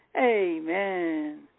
Amen